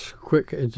quick